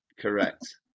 Correct